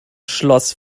schloss